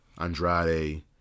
Andrade